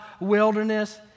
wilderness